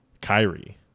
Kyrie